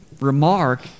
remark